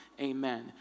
Amen